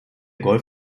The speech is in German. golf